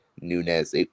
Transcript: Nunez